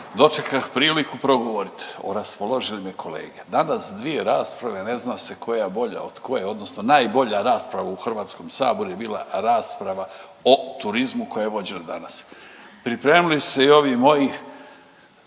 dočekah priliku progovoriti oraspoložene kolege. Danas dvije rasprave ne zna se koja bolja od koje, odnosno najbolja rasprava u HS-u je bila rasprava o turizmu koja je vođena danas. Pripremili su se i ovi moji